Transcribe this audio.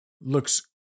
looks